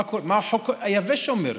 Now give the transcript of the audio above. מה החוק היבש אומר?